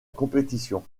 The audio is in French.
compétition